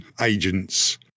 agents